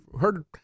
heard